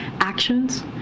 actions